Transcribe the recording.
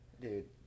Dude